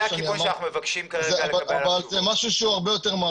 זה הכיוון שאנחנו מבקשים לדבר עליו כרגע.